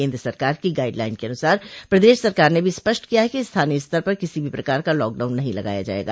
केन्द्र सरकार की गाइड लाइन के अनुसार प्रदेश सरकार ने भी स्पष्ट किया है कि स्थानीय स्तर पर किसी भी प्रकार का लाक डाउन नहीं लगाया जायेगा